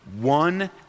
one